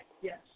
yes